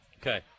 Okay